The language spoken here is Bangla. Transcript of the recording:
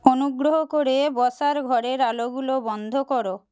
অনুগ্রহ করে বসার ঘরের আলোগুলো বন্ধ করো